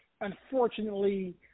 Unfortunately